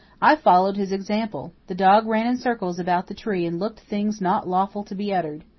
i followed his example. the dog ran in circles about the tree and looked things not lawful to be uttered.